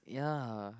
ya